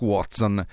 Watson